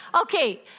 Okay